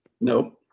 Nope